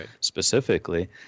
specifically